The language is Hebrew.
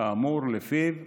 שלפיו "השר,